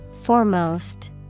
Foremost